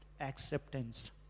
acceptance